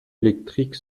électrique